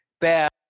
bad